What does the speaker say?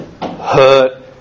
hurt